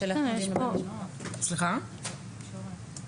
אנחנו ב-(ח1).